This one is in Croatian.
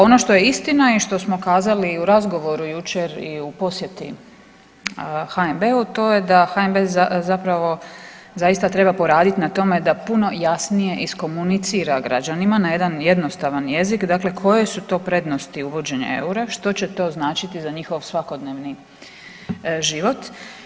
Ono što je istina i što smo kazali u razgovoru jučer i u posjeti HNB-u, to je da HNB zapravo zaista treba poraditi na tome da puno jasnije iskomunicira građanima na jedan jednostavan jezik, dakle koje su to prednosti uvođenja eura, što će to značiti za njihov svakodnevni život.